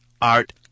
Art